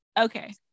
okay